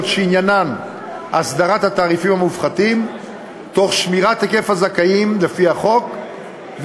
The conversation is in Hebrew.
שעניינן הסדרת התעריפים המופחתים תוך שמירת היקף הזכאים לפי החוק,